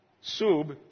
sub